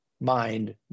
mind